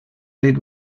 lid